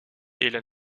helen